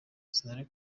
sinari